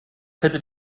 hättet